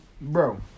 Bro